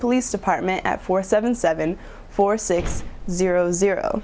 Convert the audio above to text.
police department at four seven seven four six zero zero